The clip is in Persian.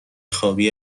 خوابی